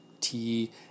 tea